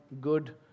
good